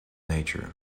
nature